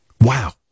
Wow